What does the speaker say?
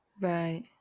right